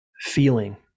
feeling